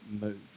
move